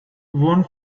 one